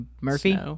Murphy